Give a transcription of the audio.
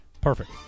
Perfect